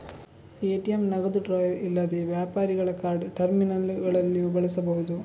ATM ನಗದು drawer ಇಲ್ಲದೆ ವ್ಯಾಪಾರಿಗಳ ಕಾರ್ಡ್ ಟರ್ಮಿನಲ್ಲುಗಳಲ್ಲಿಯೂ ಬಳಸಬಹುದು